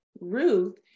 Ruth